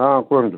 ହଁ କୁହନ୍ତୁ